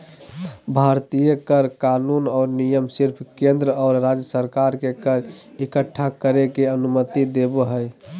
भारतीय कर कानून और नियम सिर्फ केंद्र और राज्य सरकार के कर इक्कठा करे के अनुमति देवो हय